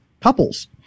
couples